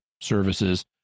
services